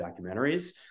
documentaries